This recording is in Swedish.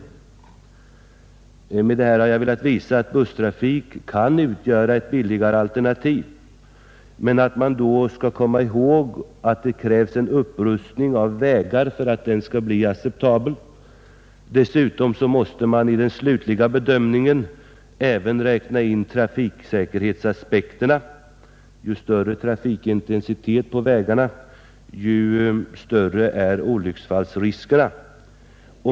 Med detta har jag velat visa att busstrafik kan utgöra ett billigare alternativ. Men då skall man komma ihåg att det behövs en upprustning av vägarna för att den skall bli acceptabel. Vid den slutliga bedömningen måste man dessutom ta med trafiksäkerhetsaspekterna — ju större trafikintensiteten är på vägarna, desto större är olycksfallsriskerna.